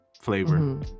flavor